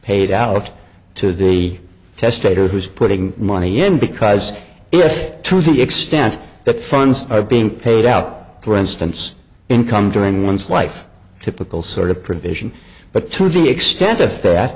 paid out to the testator's who is putting money in because if to the extent that funds are being paid out for instance income during one's life typical sort of provision but to the extent of that